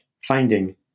finding